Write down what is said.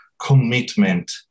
commitment